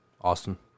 Awesome